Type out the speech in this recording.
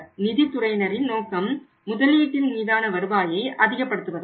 நிதி துறையினரின் நோக்கம் முதலீட்டின் மீதான வருவாயை அதிகப்படுத்துவதாகும்